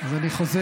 אז אני חוזר,